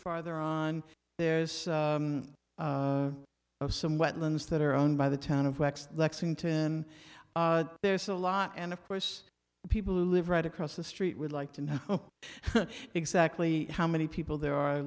farther on there's some wetlands that are owned by the town of wax lexington there's a lot and of course people who live right across the street would like to know exactly how many people there are